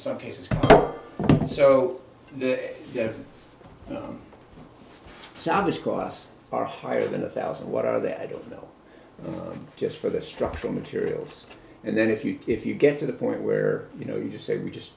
some cases so it sounds costs are higher than a one thousand what are the i don't know just for the structural materials and then if you if you get to the point where you know you just say we just